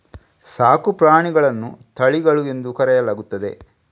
ಸಾಕು ಪ್ರಾಣಿಗಳನ್ನು ತಳಿಗಳು ಎಂದು ಕರೆಯಲಾಗುತ್ತದೆ